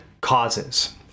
causes